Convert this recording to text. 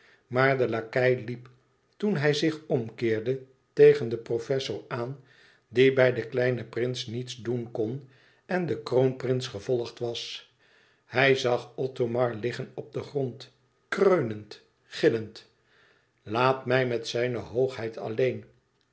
maar de lakei liep toen hij zich omkeerde tegen den professor aan die bij den kleinen prins niets doen kon en den kroonprins gevolgd was hij zag othomar liggen op den grond kreunend gillend laat mij met zijne hoogheid alleen